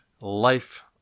life